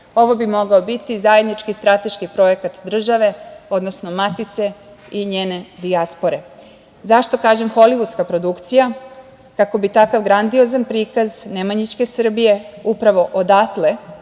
bi mogao biti zajednički strateški projekat države, odnosno matice i njene dijaspore. Zašto kažem holivudska produkcija? Kako bi tako grandiozan prikaz Nemanjićke Srbije upravo odatle